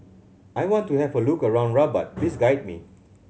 I want to have a look around Rabat please guide me